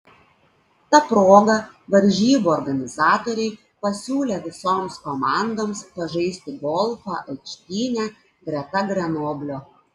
ta proga varžybų organizatoriai pasiūlė visoms komandoms pažaisti golfą aikštyne greta grenoblio